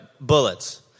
Bullets